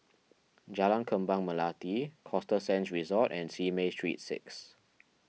Jalan Kembang Melati Costa Sands Resort and Simei Street six